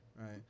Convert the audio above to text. right